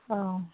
औ